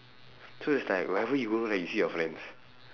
so it's like wherever you go right you see your friends